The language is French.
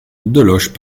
deloche